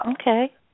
okay